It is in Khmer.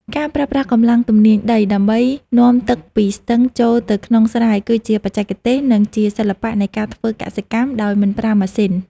ការប្រើប្រាស់កម្លាំងទំនាញដីដើម្បីនាំទឹកពីស្ទឹងចូលទៅក្នុងស្រែគឺជាបច្ចេកទេស និងជាសិល្បៈនៃការធ្វើកសិកម្មដោយមិនប្រើម៉ាស៊ីន។